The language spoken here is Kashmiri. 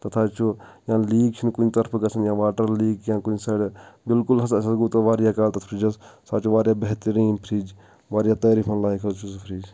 تتھ حظ چھ یا لیٖک چھُنہٕ کُنہِ طرفہٕ گژھان ہا واٹر لیٖک کینٛہہ کُنہ سایڈٕ بلکل نہٕ اسہِ حظ گوٛو واریاہ کال تتھ فریجس سُہ حظ چھ واریاہ بہتٔرین فریج واریاہ تعریفَن لایق حظ چھُ سُہ فریج